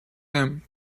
him